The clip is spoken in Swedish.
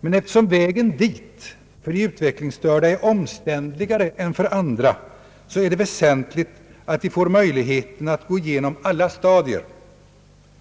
Men eftersom vägen dit för de utvecklingsstörda är omständligare än för andra är det väsentligt att de får möjligheten att gå igenom alla stadier: